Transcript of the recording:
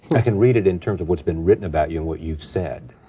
i can read it in terms of what's been written about you and what you've said.